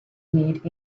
need